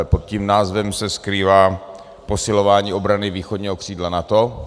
Pod tím názvem se skrývá posilování obrany východního křídla NATO.